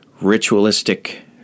ritualistic